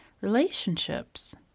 relationships